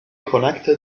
connected